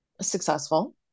successful